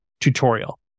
tutorial